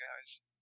guys